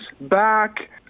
back